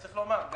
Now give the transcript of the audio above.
צריך לומר,